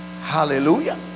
Hallelujah